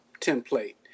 template